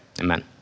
amen